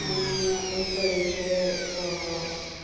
आनी एक तरेचे